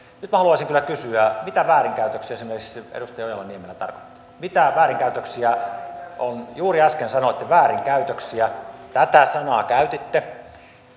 nyt minä haluaisin kyllä kysyä mitä väärinkäytöksiä esimerkiksi edustaja ojala niemelä tarkoitti mitä väärinkäytöksiä juuri äsken sanoitte väärinkäytöksiä tätä sanaa käytitte